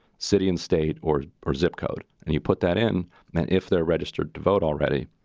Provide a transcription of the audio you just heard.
city and state or or zip code. and you put that in. and if they're registered to vote already,